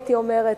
הייתי אומרת,